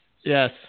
Yes